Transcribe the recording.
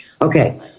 okay